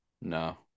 No